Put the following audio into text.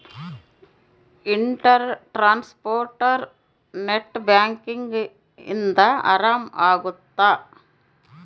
inter transfer net banking ಇಂದ ಆರಾಮ ಅಗುತ್ತ